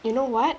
you know what